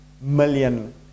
million